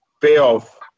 payoff